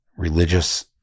Religious